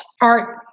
art